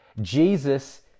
Jesus